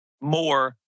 more